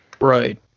Right